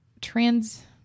trans